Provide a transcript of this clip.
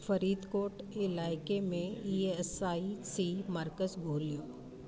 फरीदकोट इलाइके में E S I C मर्कज़ ॻोल्हियो